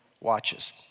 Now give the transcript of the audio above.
watches